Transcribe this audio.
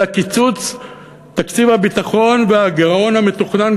אלא קיצוץ תקציבי הביטחון והגירעון המתוכנן,